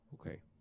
Okay